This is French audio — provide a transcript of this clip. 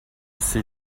ces